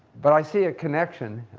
but i see a connection